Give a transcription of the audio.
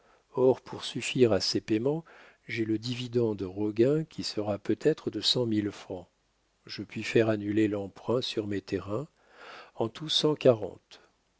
or pour suffire à ces paiements j'ai le dividende roguin qui sera peut-être de cent mille francs je puis faire annuler l'emprunt sur mes terrains en